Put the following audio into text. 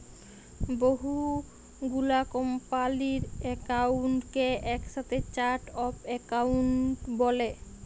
বহু গুলা কম্পালির একাউন্টকে একসাথে চার্ট অফ একাউন্ট ব্যলে